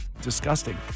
disgusting